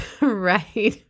Right